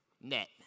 net